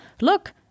look